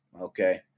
Okay